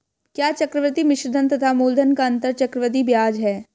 क्या चक्रवर्ती मिश्रधन तथा मूलधन का अंतर चक्रवृद्धि ब्याज है?